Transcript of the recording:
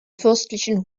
fürstlichen